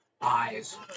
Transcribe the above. eyes